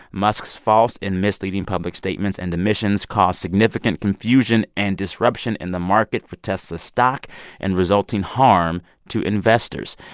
musk's false and misleading public statements and omissions caused significant confusion and disruption in the market for tesla's stock and resulting harm to investors.